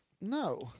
No